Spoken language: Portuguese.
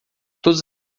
todas